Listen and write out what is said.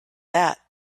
that